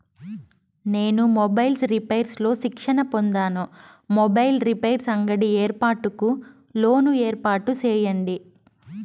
నేను mobiles repairs లో శిక్షణ పొందాను, మొబైల్ రిపైర్స్ అంగడి ఏర్పాటుకు లోను ఏర్పాటు సేయండి?